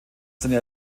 seine